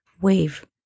wave